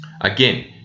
again